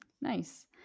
Nice